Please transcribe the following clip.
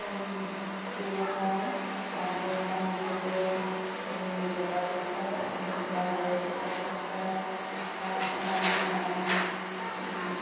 ব্যৱসায় আগবঢ়াই নিবলৈ টকা পইচাৰ অসুবিধা হয় টকা পইচা কাৰণে আমি